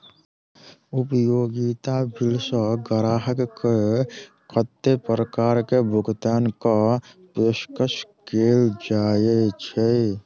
उपयोगिता बिल सऽ ग्राहक केँ कत्ते प्रकार केँ भुगतान कऽ पेशकश कैल जाय छै?